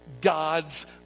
God's